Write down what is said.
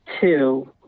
two